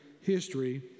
history